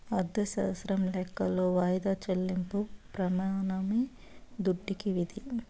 అర్ధశాస్త్రం లెక్కలో వాయిదా చెల్లింపు ప్రెమానమే దుడ్డుకి విధి